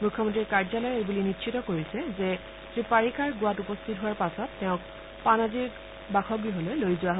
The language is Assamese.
মুখ্যমন্তীৰ কাৰ্যালয়ে এইবুলি নিশ্চিত কৰিছে যে শ্ৰী পাৰিকাৰ গোৱাত উপস্থিত হোৱাৰ পাছত তেওঁক পানাজীৰ বাসগৃহলৈ লৈ যোৱা হৈছে